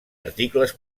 articles